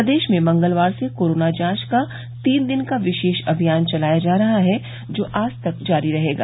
प्रदेश में मंगलवार से कोरोना जांच का तीन दिन का विशेष अमियान चलाया जा रहा है जो आज तक जारी रहेगा